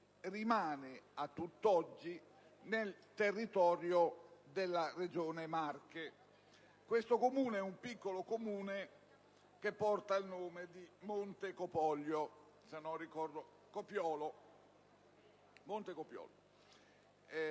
rimane a tutt'oggi nel territorio della Regione Marche. Si tratta di un piccolo Comune che porta il nome di Montecopiolo.